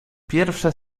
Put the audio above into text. pierwsze